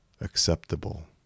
acceptable